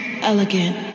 elegant